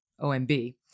OMB